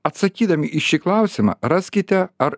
atsakydami į šį klausimą raskite ar